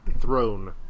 throne